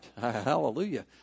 Hallelujah